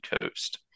coast